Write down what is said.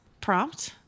prompt